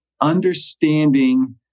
understanding